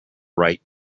right